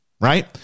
right